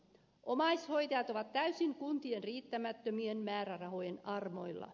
omaishoitajat ovat täysin kuntien riittämättömien määrärahojen armoilla